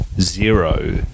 zero